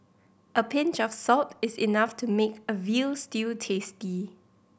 a pinch of salt is enough to make a veal stew tasty